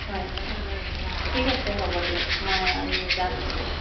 হয় অঁ ঠিক আছে হ'ব দিয়ক মই আমি যাম